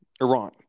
Iran